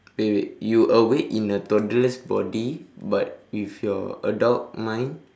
wait wait you awake in a toddler's body but with your adult mind